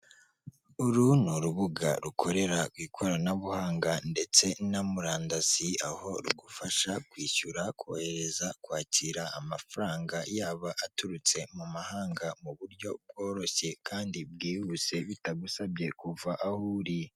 Uru ni urubuga rukorera ku ikoranabuhanga ndetse na murandasi, aho rugufasha kwishyura, kohereza, kwakira amafaranga, yaba aturutse mu mahanga, mu buryo bworoshye kandi bwihuse, bitagusabye kuva aho uri.